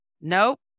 nope